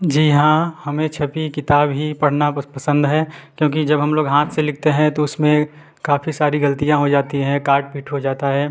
जी हाँ हमें छपी किताब ही पढ़ना पसंद है क्योंकि जब हम लोग हाथ से लिखते हैं तो उसमें काफ़ी सारी गलतियाँ हो जाती हैं काट पीट हो जाता है